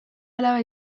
alaba